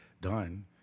done